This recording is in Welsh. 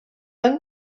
yng